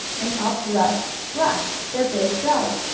and up rushed splash, their big dog.